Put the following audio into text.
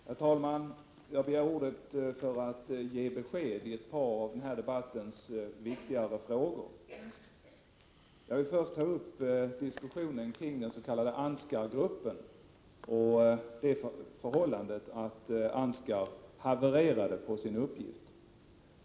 Herr talman! Jag har begärt ordet för att ge besked i ett par av den här debattens viktigare frågor. Jag vill först ta upp diskussionen kring den s.k. Ansgargruppen och det förhållandet att Ansgar havererade på sin uppgift.